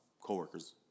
coworkers